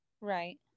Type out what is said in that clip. right